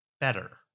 better